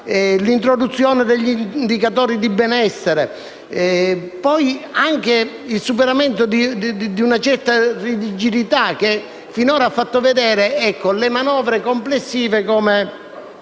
l'introduzione degli indicatori di benessere e il superamento di una certa rigidità, che fino ad ora ha fatto percepire le manovre complessive come